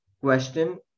question